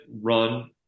run